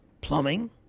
Plumbing